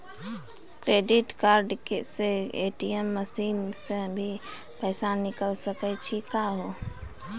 Credit card से ATM machine से भी पैसा निकल सकै छि का हो?